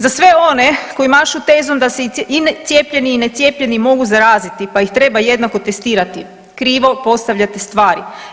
Za sve one koji mašu tezom da se i cijepljeni i necijepljeni mogu zaraziti, pa ih treba jednako testirati, krivo postavljate stvari.